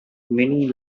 many